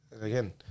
again